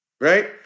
Right